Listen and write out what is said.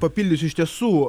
papildysiu iš tiesų